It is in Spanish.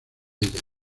ella